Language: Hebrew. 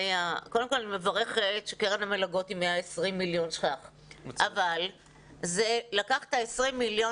קודם כל אני מברכת שקרן המלגות היא 120 מיליון ₪ אבל זה לקח 120 מיליון